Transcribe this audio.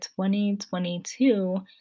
2022